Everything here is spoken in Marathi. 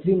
21